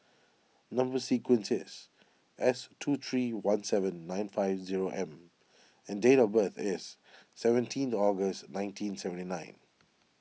Number Sequence is S two three one seven nine five zero M and date of birth is seventeen August nineteen seventy nine